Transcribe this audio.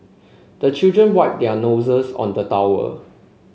the children wipe their noses on the towel